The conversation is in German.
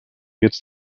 jetzt